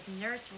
Nurse